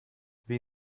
wie